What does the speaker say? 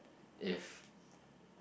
if